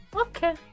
Okay